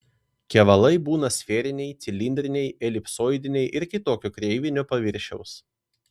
kevalai būna sferiniai cilindriniai elipsoidiniai ir kitokio kreivinio paviršiaus